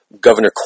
Governor